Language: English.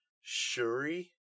Shuri